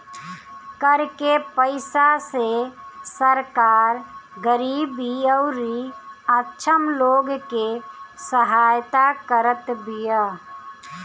कर के पईसा से सरकार गरीबी अउरी अक्षम लोग के सहायता करत बिया